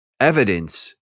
evidence